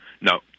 No